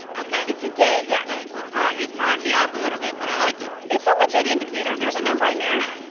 ok it's a day, yes ok, you're throwing you're throwing me off a little bit, but i like it it's a legit indicator. there's a number in there